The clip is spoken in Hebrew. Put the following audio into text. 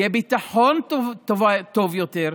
יהיה ביטחון טוב יותר,